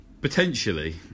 Potentially